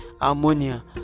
ammonia